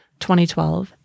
2012